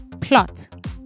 plot